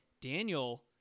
Daniel